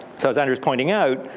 so as andrew's pointing out,